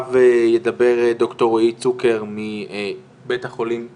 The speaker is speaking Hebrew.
אחריו ידבר דוקטור רועי צוקר מבית החולים "איכילוב".